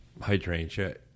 hydrangea